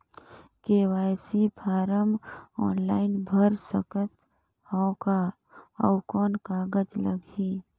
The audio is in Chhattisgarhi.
के.वाई.सी फारम ऑनलाइन भर सकत हवं का? अउ कौन कागज लगही?